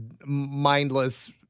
mindless